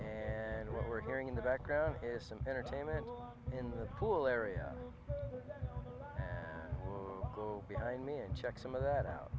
and what we're hearing in the background is some entertainment in the pool area go behind me and check some of that out